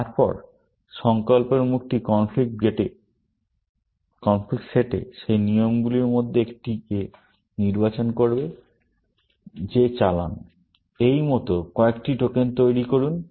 তারপরে সংকল্পের মুখটি কনফ্লিক্ট সেটে সেই নিয়মগুলির মধ্যে একটি নির্বাচন করবে যে চালান এই মত কয়েকটি টোকেন তৈরি করুন